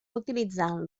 utilitzant